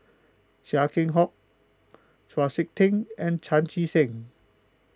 Chia Keng Hock Chau Sik Ting and Chan Chee Seng